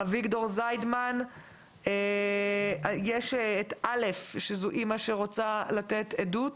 אביגדור זידמן, יש את א' שזו אימא שרוצה לתת עדות,